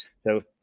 So-